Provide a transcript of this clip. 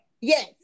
Yes